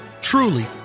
truly